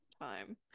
time